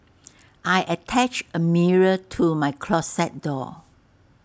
I attached A mirror to my closet door